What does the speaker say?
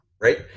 Right